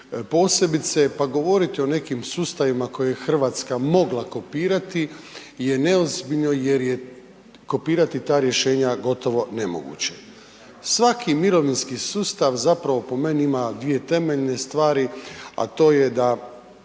posebice pa govoriti o nekim sustavima koje je Hrvatska mogla kopirati je neozbiljno jer je kopirati ta rješenja gotovo nemoguće. Svaki mirovinski sustav zapravo po meni ima dvije temeljne stvari a to je da